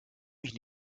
mich